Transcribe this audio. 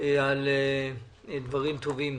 על דברים טובים.